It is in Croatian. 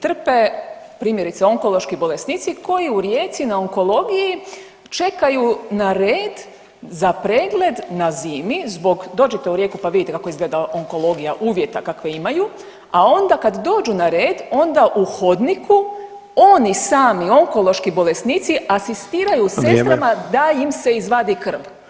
Trpe, primjerice onkološki bolesnici koji u Rijeci na onkologiji čekaju na red za pregled na zimi zbog, dođite u Rijeku pa vidite kako izgleda onkologija, uvjeta kakve imaju, a onda kad dođu na red onda u hodniku oni sami onkološki bolesnici asistiraju [[Upadica Sanader: Vrijeme.]] sestrama da im se izvadi krv.